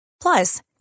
Plus